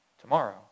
tomorrow